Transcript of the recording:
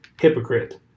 Hypocrite